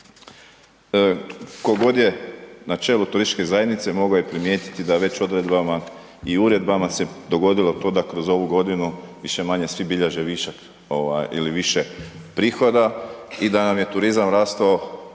god je na čelu turističke zajednice mogo je primijetiti da već odredbama i uredbama se dogodilo to da kroz ovu godinu više-manje svi bilježe višak ovaj ili više prihoda i da nam je turizam rastavo